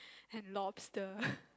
and lobster